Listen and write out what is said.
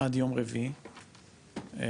עד יום רביעי במייל,